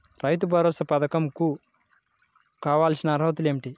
రైతు భరోసా పధకం కు కావాల్సిన అర్హతలు ఏమిటి?